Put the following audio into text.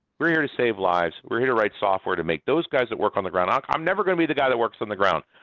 we're here to save lives. we're here to write software to make those guys that work on the ground um i'm never going to be the guy that works on the ground.